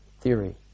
theory